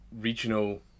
regional